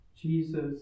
Jesus